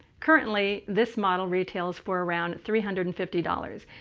currently, this model retails for around three hundred and fifty dollars,